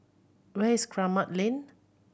where is Kramat Lane